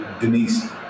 Denise